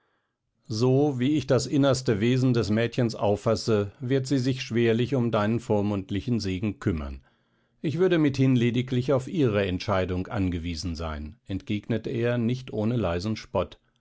so wie ich das innerste wesen des mädchens auffasse wird sie sich schwerlich um deinen vormundlichen segen kümmern ich würde mithin lediglich auf ihre entscheidung angewiesen sein entgegnete er nicht ohne leisen spott